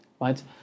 right